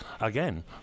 again